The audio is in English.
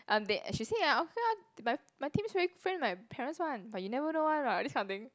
um they she say ah okay ah my my teammates very friend with my parents one but you never know one what this kind of thing